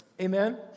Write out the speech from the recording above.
Amen